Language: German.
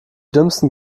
dümmsten